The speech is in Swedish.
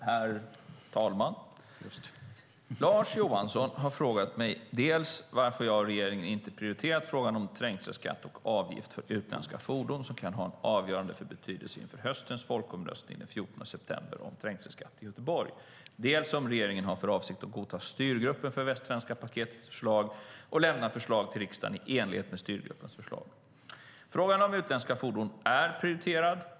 Herr talman! Lars Johansson har frågat mig dels varför jag och regeringen inte prioriterar frågan om trängselskatt och avgift för utländska fordon som kan ha en avgörande betydelse inför höstens folkomröstning den 14 september om trängselskatt i Göteborg, dels om regeringen har för avsikt att godta förslaget från styrgruppen för Västsvenska paketet och lämna förslag till riksdagen i enlighet med styrgruppens förslag. Frågan om utländska fordon är prioriterad.